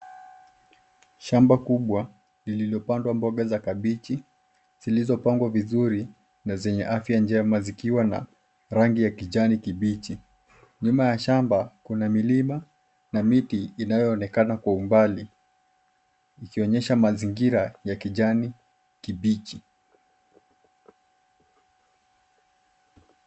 Shamba kubwa lililopandwa mboga za kabeji zilizopangwa vizuri na zenye afya njema zikiwa na rangi ya kijani kibichi. Nyuma ya shamba kuna milima na miti inayoonekana kwa umbali ikionyesha mazingira ya kijani kibichi.